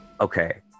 Okay